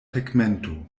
tegmento